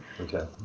Okay